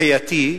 חייתי,